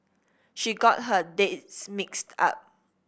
she got her dates mixed up